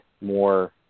more